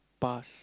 past